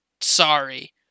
sorry